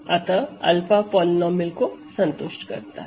अतः 𝛂 पॉलीनोमिअल को संतुष्ट करता है